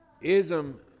Ism